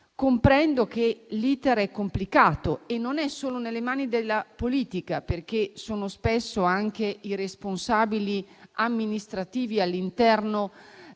Comprendo che l'*iter* è complicato e che non è solo nelle mani della politica, perché sono spesso anche i responsabili amministrativi all'interno